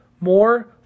more